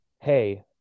Hey